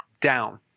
down